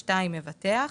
מבטח.